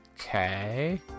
okay